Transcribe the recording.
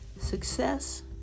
Success